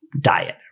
diet